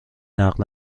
نقل